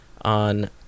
on